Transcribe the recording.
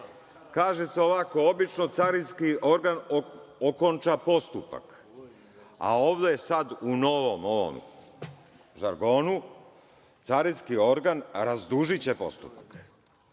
Kaže se ovako – obično carinski organ okonča postupak. A ovde sad u novom ovom žargonu – carinski organ razdužiće postupak.